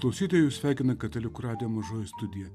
klausytojus sveikina katalikų radijo mažoji studija